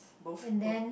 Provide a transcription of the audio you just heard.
both